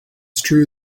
true